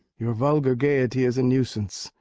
your vulgar gayety is a nuisance,